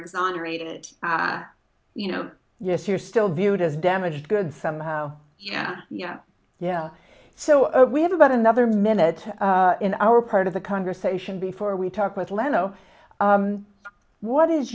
exonerated you know yes you're still viewed as damaged goods somehow yeah yeah yeah so we have about another minute in our part of the conversation before we talk with leno what is